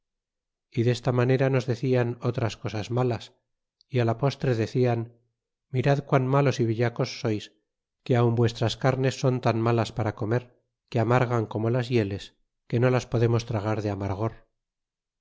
y desta manera nos decían otras cosas malas y á la postre decian mirad quan malos y vellacos sois que aun vuestras carnes son tan malas para comer que amargan como las hieles que no las podemos tragar de amargor